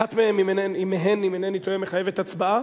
אחת מהן, אם אינני טועה, מחייבת הצבעה?